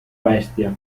bestia